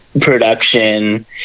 production